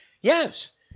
Yes